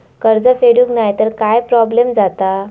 कर्ज फेडूक नाय तर काय प्रोब्लेम जाता?